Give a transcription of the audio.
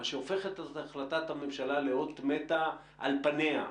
מה שהופך את החלטת הממשלה לאות מתה על פניה.